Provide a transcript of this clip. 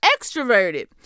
extroverted